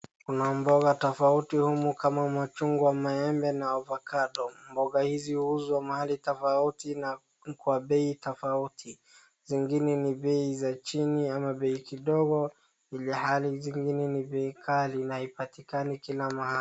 Kuna mboga tofauti humu kama machungwa maembe na avocado. Mboga hizi huuzwa mahali tofauti na kwa bei tofauti, zingine ni bei za chini ama bei kidogo ilhali zingine ni bei kali na haipatikani kila mahali.